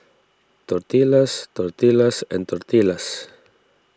Tortillas Tortillas and Tortillas